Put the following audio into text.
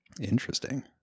interesting